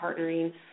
partnering